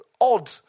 odd